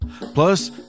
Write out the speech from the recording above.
Plus